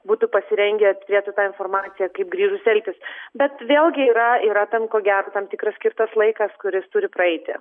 būtų pasirengę turėtų tą informaciją kaip grįžus elgtis bet vėlgi yra yra tam ko ger tam tikras skirtas laikas kuris turi praeiti